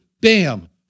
bam